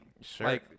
Sure